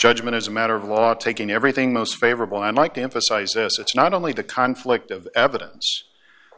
judgement as a matter of law taking everything most favorable i'd like to emphasize this it's not only the conflict of evidence